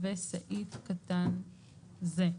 וסעיף קטן זה;"